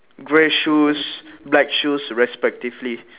grey shoes black shoes respectively